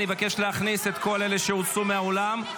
אני אבקש להכניס את כל אלה שהוצאו מהאולם.